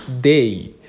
day